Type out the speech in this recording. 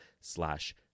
slash